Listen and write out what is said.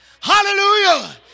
Hallelujah